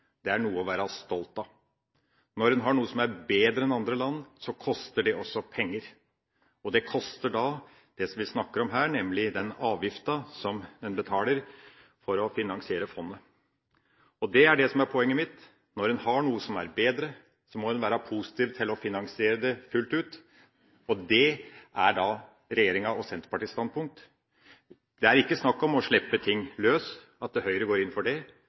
det er noe å være stolt av. Når en har noe som er bedre enn andre land, koster det penger, og det koster det vi snakker om her, nemlig den avgiften som en betaler for å finansiere fondet. Det er det som er poenget mitt: Når en har noe som er bedre, må en være positiv til å finansiere det fullt ut. Det er regjeringa og Senterpartiets standpunkt. Det er ikke snakk om at Høyre går inn for å slippe ting løs. Poenget er – for å si det